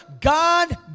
God